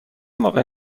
موقع